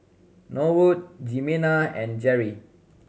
Norwood Jimena and Jerri